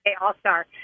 All-Star